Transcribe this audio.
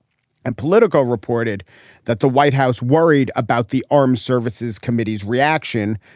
and politico reported that the white house worried about the armed services committees reaction,